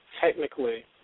technically